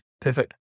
Perfect